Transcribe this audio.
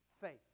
faith